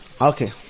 okay